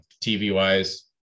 TV-wise